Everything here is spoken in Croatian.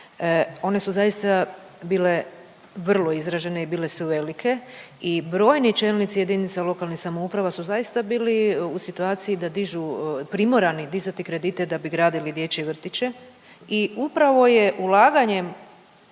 One su zaista bile vrlo izražene i bile su velike i brojni čelnici jedinica lokalnih samouprava su zaista bili u situaciji da dižu, primorani dizati kredite da bi gradili dječje vrtiće i upravo je ulaganjem